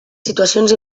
situacions